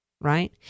right